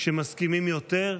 כשמסכימים יותר,